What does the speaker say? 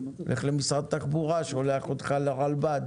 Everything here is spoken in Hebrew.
משרד התחבורה הוא שולח אותך לרלב"ד